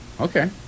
okay